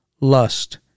lust